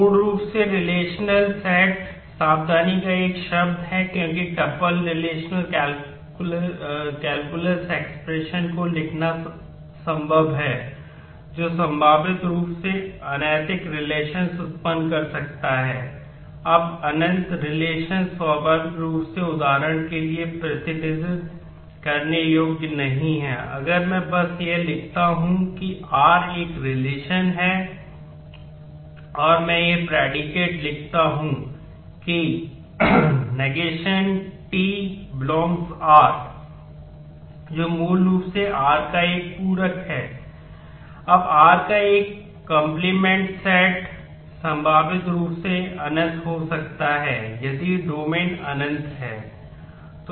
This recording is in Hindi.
पूर्ण रूप से रिलेशनल सेट अनंत है